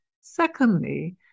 Secondly